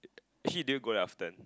actually do you go there often